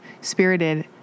spirited